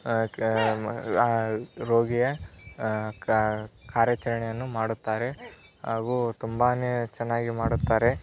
ಆ ರೋಗಿಯ ಕಾರ್ಯಾಚರಣೆಯನ್ನು ಮಾಡುತ್ತಾರೆ ಹಾಗೂ ತುಂಬಾ ಚೆನ್ನಾಗಿ ಮಾಡುತ್ತಾರೆ